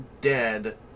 dead